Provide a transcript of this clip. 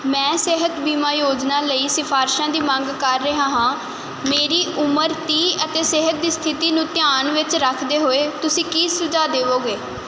ਮੈਂ ਸਿਹਤ ਬੀਮਾ ਯੋਜਨਾ ਲਈ ਸਿਫਾਰਸ਼ਾਂ ਦੀ ਮੰਗ ਕਰ ਰਿਹਾ ਹਾਂ ਮੇਰੀ ਉਮਰ ਤੀਹ ਅਤੇ ਸਿਹਤ ਦੀ ਸਥਿਤੀ ਨੂੰ ਧਿਆਨ ਵਿੱਚ ਰੱਖਦੇ ਹੋਏ ਤੁਸੀਂ ਕੀ ਸੁਝਾਅ ਦੇਵੋਗੇ